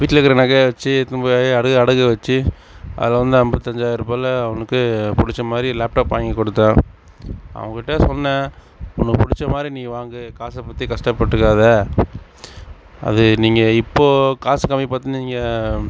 வீட்டில்ல இருக்கிற நகையை வெச்சு எடுத்துன்னு போய் அடகு அடகு வெச்சு அதில் வந்து ஐம்பத்தஞ்சாயிருபால அவனுக்கு பிடிச்ச மாதிரி லேப்டாப் வாங்கி கொடுத்தேன் அவன்கிட்ட சொன்னேன் உனக்கு பிடிச்ச மாதிரி நீ வாங்கு காசை பற்றி கஷ்டப்பட்டுக்காதே அது நீங்கள் இப்போது காசு கம்மி பார்த்து நீங்கள்